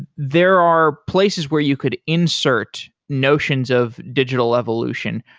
there are places where you could insert notions of digital evolution.